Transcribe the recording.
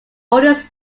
oldest